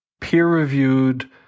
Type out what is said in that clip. peer-reviewed